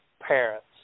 parents